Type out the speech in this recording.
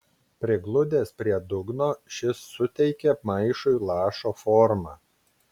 prigludęs prie dugno šis suteikė maišui lašo formą